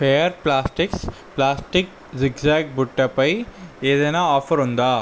flare Plastics plastic zigzag బుట్టపై ఏదైనా offer ఉందా